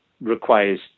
requires